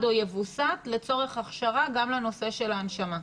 או יווּסת לצורך הכשרה גם לנושא של ההנשמה.